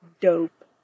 dope